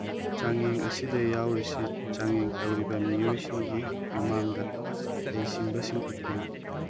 ꯆꯥꯡꯌꯦꯡ ꯑꯁꯤꯗ ꯌꯥꯎꯔꯤꯁꯤ ꯆꯥꯡꯌꯦꯡ ꯇꯧꯔꯤꯕ ꯃꯤꯑꯣꯏꯁꯤꯡꯒꯤ ꯃꯃꯥꯡꯗ ꯍꯩꯁꯤꯡꯕꯁꯤꯡ ꯎꯠꯄꯅꯤ